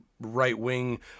right-wing